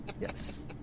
Yes